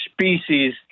species